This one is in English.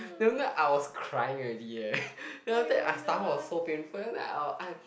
even though I was crying already eh then after that I stomach was so painful then after that uh I